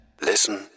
Listen